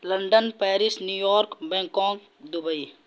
London Paris New York Bangkok Dubai